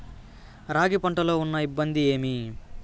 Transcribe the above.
రాగి పంటలో ఉన్న ఇబ్బంది ఏమి?